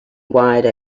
wide